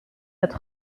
het